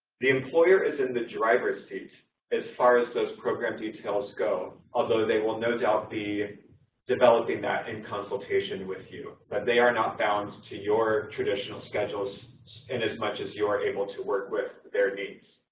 the employer is in the driver's seat as far as those program details go, although they will no doubt be developing that in consultation with you. but they are not bound to your traditional schedules in as much as you're able to work with their needs.